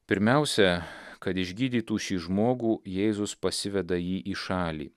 pirmiausia kad išgydytų šį žmogų jėzus pasiveda jį į šalį